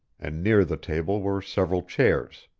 and near the table were several chairs.